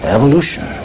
Evolution